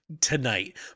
tonight